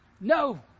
No